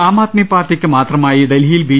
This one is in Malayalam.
ആം ആദ്മി പാർട്ടിക്ക് മാത്രമായി ഡൽഹിയിൽ ബി